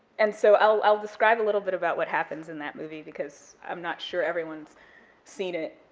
and so i'll i'll describe a little bit about what happens in that movie, because i'm not sure everyone's seen it,